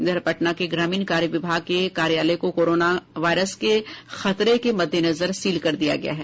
इधर पटना के ग्रामीण कार्य विभाग के कार्यालय को कोरोना वायरस के खतरे के मद्देनजर सील कर दिया गया है